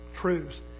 truths